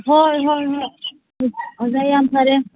ꯍꯣꯏ ꯍꯣꯏ ꯍꯣꯏ ꯑꯣꯖꯥ ꯌꯥꯝ ꯐꯔꯦ